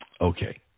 Okay